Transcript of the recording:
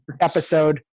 episode